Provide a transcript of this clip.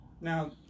Now